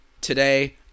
today